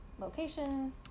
location